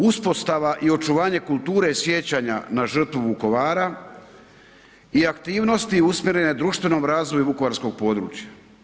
Uspostava i očuvanje kulture sjećanja na žrtvu Vukovara i aktivnosti usmjerene društvenom razvoju vukovarskog područja.